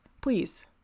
please